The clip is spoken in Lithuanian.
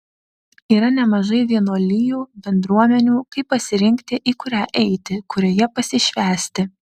yra nemažai vienuolijų bendruomenių kaip pasirinkti į kurią eiti kurioje pasišvęsti